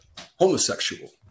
homosexual